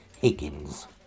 Higgins